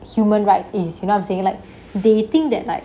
human rights is you know I'm saying like they think that like